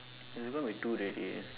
it's going to be two already